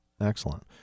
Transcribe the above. excellent